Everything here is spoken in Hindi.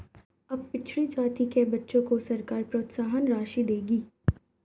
अब पिछड़ी जाति के बच्चों को सरकार प्रोत्साहन राशि देगी